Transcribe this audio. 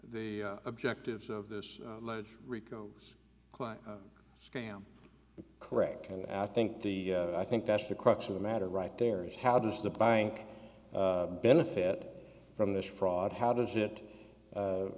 objectives of this rico scam correct and i think the i think that's the crux of the matter right there is how does the buying benefit from this fraud how does it